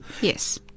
Yes